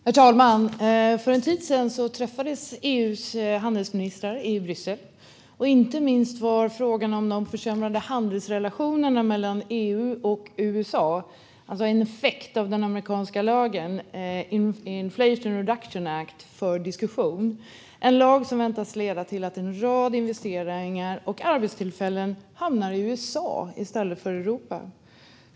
Herr talman! För en tid sedan träffades EU:s handelsministrar i Bryssel. Inte minst var frågan om de försämrade handelsrelationerna mellan EU och USA, en effekt av den amerikanska lagen Inflation Reduction Act, uppe för diskussion. Det är en lag som väntas leda till att en rad investeringar och arbetstillfällen hamnar i USA i stället för i Europa.